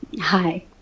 Hi